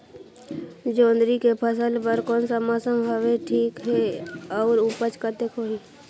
जोंदरी के फसल बर कोन सा मौसम हवे ठीक हे अउर ऊपज कतेक होही?